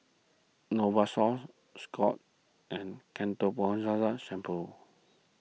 Novosource Scott's and Ketoconazole Shampoo